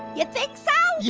you think so? yeah.